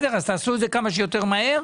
אז תעשו את זה כמה שיותר מהר.